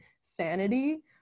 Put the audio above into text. sanity